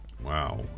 Wow